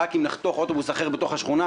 רק אם נחתוך אוטובוס אחר בתוך השכונה